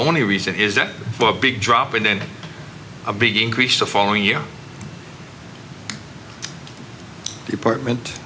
only reason is that a big drop in a big increase the following year department